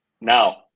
now